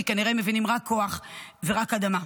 כי כנראה שהם מבינים רק כוח ורק אדמה.